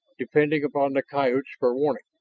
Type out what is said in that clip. depending upon the coyotes for warning.